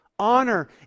Honor